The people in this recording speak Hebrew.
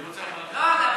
אני רוצה, לא.